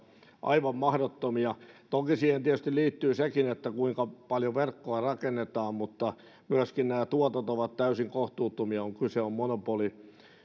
aivan mahdottomia toki siihen tietysti liittyy sekin kuinka paljon verkkoa rakennetaan mutta myöskin nämä tuotot ovat täysin kohtuuttomia kun kyse on